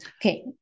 Okay